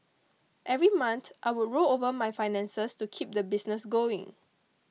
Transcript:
every month I would roll over my finances to keep the business going